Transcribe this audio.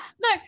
no